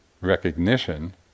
recognition